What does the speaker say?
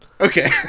Okay